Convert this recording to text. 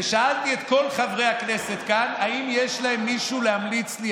ושאלתי את כל חברי הכנסת כאן אם יש להם מישהו להמליץ לי,